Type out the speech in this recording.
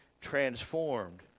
transformed